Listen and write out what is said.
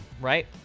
right